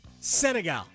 Senegal